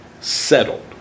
settled